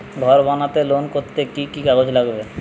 ঘর বানাতে লোন করতে কি কি কাগজ লাগবে?